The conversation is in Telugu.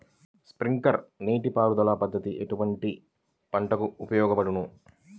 స్ప్రింక్లర్ నీటిపారుదల పద్దతి ఎటువంటి పంటలకు ఉపయోగపడును?